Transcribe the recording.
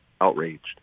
outraged